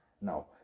now